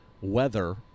weather